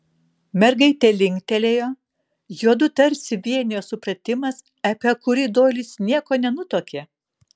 mergaitė linktelėjo juodu tarsi vienijo supratimas apie kurį doilis nieko nenutuokė